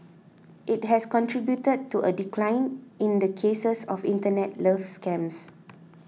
it has contributed to a decline in the cases of Internet love scams